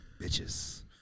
Bitches